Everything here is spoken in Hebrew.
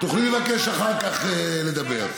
תוכלי לבקש אחר כך לדבר.